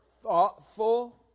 thoughtful